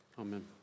Amen